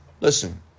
listen